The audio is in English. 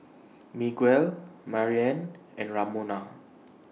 Miguel Mariann and Ramona